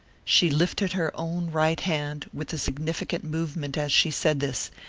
she lifted her own right hand with a significant movement as she said this,